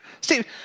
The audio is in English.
Steve